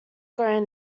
going